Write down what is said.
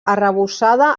arrebossada